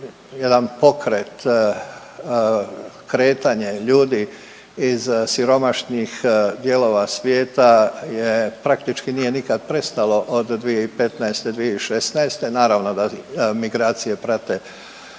jedan pokret kretanja i ljudi iz siromašnih dijelova svijeta je, praktički nije nikad prestalo od 2015.-2016., naravno da migracije prate